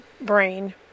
brain